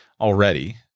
already